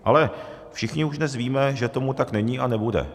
Ale všichni už dnes víme, že tomu tak není a nebude.